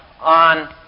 on